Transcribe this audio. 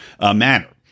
manner